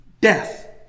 Death